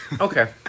Okay